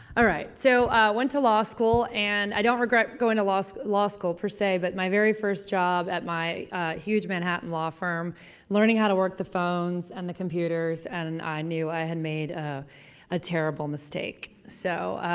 all right. so, i went to law school. and, i don't regret going to law so law school, per se, but my very first job at my huge manhattan law firm learning how to work the phones and the computers and and i knew i had made a a terrible mistake. so,